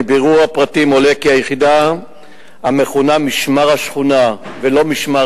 מבירור הפרטים עולה כי היחידה המכונה "משמר השכונה" ולא "משמר